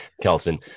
Kelson